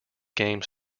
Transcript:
game